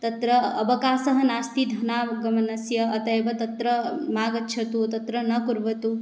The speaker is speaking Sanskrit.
तत्र अवकाशः नास्ति धनागमनस्य अतः एव तत्र मा गच्छतु तत्र न कुर्वन्तु